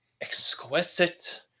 exquisite